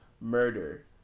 murder